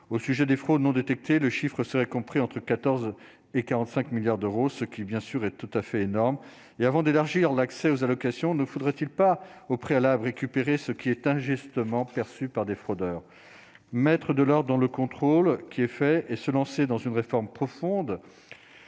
au sujet des fraudes non détectés, le chiffre serait compris entre 14 et 45 milliards d'euros, ce qui bien sûr est tout à fait énorme et avant d'élargir l'accès aux allocations, ne faudrait-il pas, au préalable, récupérer ce qui est injustement perçues par des fraudeurs, maître de l'Ordre dans le contrôle qui est fait et se lancer dans une réforme profonde